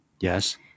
Yes